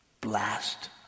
blast